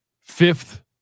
fifth